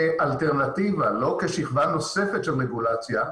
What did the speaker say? כאלטרנטיבה, לא כשכבה נוספת של רגולציה,